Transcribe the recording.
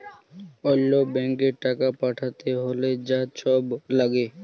অল্য ব্যাংকে টাকা পাঠ্যাতে হ্যলে যা ছব ল্যাগে